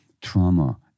trauma